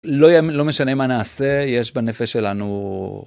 לא משנה מה נעשה, יש בנפש שלנו...